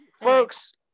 folks